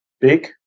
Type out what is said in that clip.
big